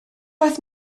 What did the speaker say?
oedd